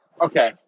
Okay